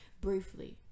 briefly